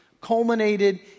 culminated